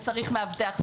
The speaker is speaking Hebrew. וצריך מאבטח,